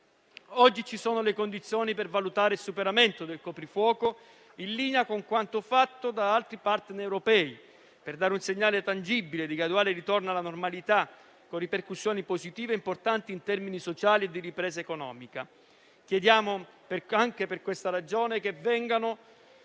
Oggi ci sono le condizioni per valutare il superamento del coprifuoco, in linea con quanto fatto da altri *partner* europei, per dare un segnale tangibile di graduale ritorno alla normalità, con ripercussioni positive e importanti in termini sociali e di ripresa economica. Anche per questa ragione, chiediamo